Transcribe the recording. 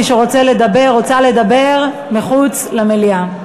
מי שרוצה לדבר מחוץ למליאה.